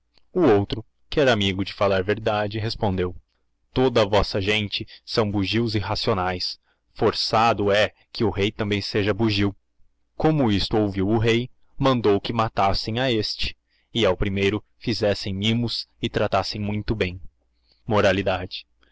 o outro que era amigo de fallar verdade respondeortorla vossa gente são bugios irracioiiaes forrado ie que o rei lambem seja bugio como isto ouvio o rei mandou que matassem a este e ao primeiro fizessem mimos e tratassem muito bem